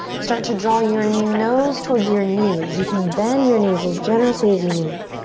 start to draw your nose towards your knees. you can bend your knees as generously as you need.